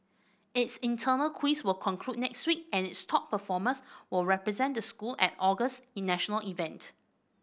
its internal quiz will conclude next week and its top performers will represent the school at August's national event